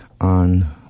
on